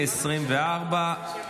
התשפ"ד,2024.